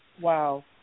Wow